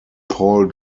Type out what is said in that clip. paul